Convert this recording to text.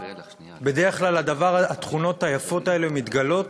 בדרך כלל התכונות היפות האלה מתגלות